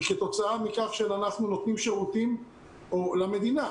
כתוצאה מכך שאנחנו נותנים שירותים למדינה.